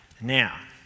Now